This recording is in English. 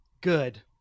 Good